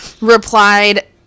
replied